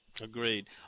agreed